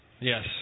yes